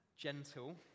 Gentle